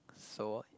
so